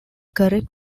correct